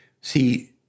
See